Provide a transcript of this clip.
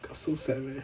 got so sad meh